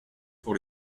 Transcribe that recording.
pour